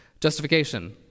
Justification